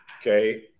Okay